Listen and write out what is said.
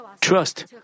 trust